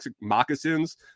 Moccasins